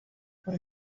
por